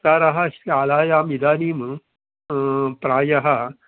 विस्तारः शालायाम् इदानीं प्रायः